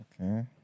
Okay